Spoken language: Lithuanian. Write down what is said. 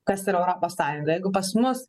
kas yra europos sąjungoj jeigu pas mus